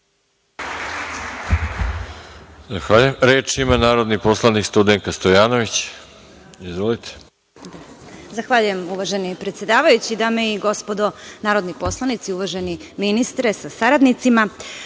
Hvala. Reč ima narodni poslanik Studenka Stojanović. Izvolite.